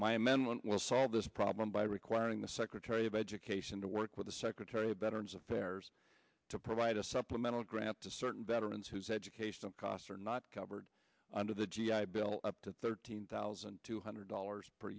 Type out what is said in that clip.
amendment will solve this problem by requiring the secretary of education to work with the secretary of veterans affairs to provide a supplemental grant to certain veterans whose educational costs are not covered under the g i bill up to thirteen thousand two hundred dollars per